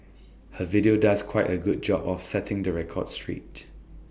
her video does quite A good job of setting the record straight